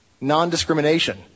non-discrimination